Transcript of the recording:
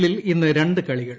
എല്ലിൽ ഇന്ന് രണ്ട് കളികൾ